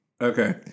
Okay